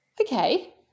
Okay